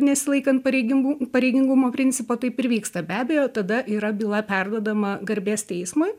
nesilaikant pareigingu pareigingumo principo taip ir vyksta be abejo tada yra byla perduodama garbės teismui